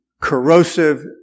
corrosive